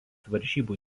varžybų